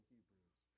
Hebrews